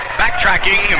backtracking